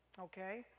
Okay